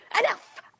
enough